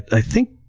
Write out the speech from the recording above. i think